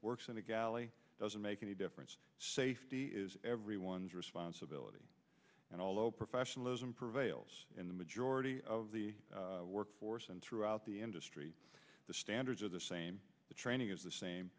works in the galley doesn't make any difference safety is everyone's responsibility and all oh professionalism prevails in the majority of the workforce and throughout the industry the standards are the same the training is the same